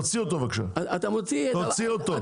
תוציאו אותו בבקשה.